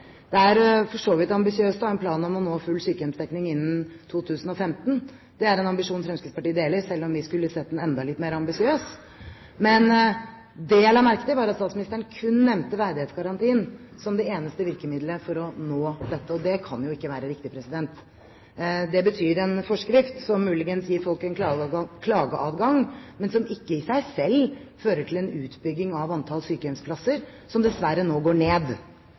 Det er for så vidt ambisiøst å ha en plan om å nå full sykehjemsdekning innen 2015. Det er en ambisjon Fremskrittspartiet deler, selv om vi skulle sett planen enda litt mer ambisiøs. Men det jeg la merke til, var at statsministeren kun nevnte verdighetsgarantien som det eneste virkemiddelet for å nå dette. Det kan jo ikke være riktig. Det betyr en forskrift som muligens gir folk en klageadgang, men som ikke i seg selv fører til en utbygging av antall sykehjemsplasser, som dessverre nå går ned.